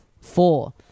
four